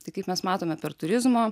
tai kaip mes matome per turizmo